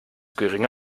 geringe